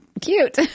cute